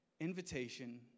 Invitation